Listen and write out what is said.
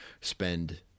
spend